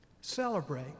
Celebrate